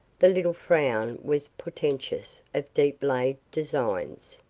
the little frown was portentous of deep-laid designs.